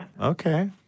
Okay